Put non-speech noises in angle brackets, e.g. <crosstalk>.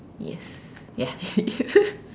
yes ya <laughs>